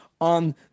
on